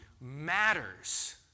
matters